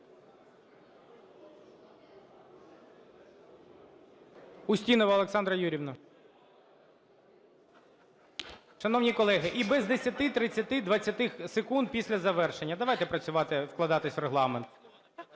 Устінова Олександра Юріївна. Шановні колеги, і без 10, 30, 20 секунд після завершення. Давайте працювати і вкладатися в регламент.